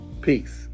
Peace